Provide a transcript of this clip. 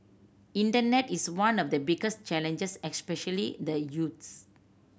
internet is one of the biggest challenges especially the youths